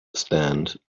stand